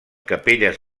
capelles